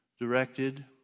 directed